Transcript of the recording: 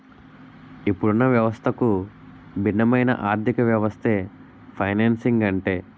ఇప్పుడున్న వ్యవస్థకు భిన్నమైన ఆర్థికవ్యవస్థే ఫైనాన్సింగ్ అంటే